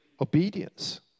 obedience